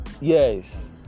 yes